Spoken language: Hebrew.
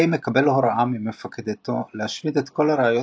קיי מקבל הוראה ממפקדתו להשמיד את כל הראיות